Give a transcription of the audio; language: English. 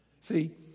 See